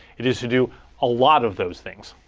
it is to do a lot of those things.